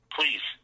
Please